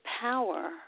power